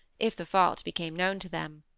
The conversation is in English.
if the fault became known to them.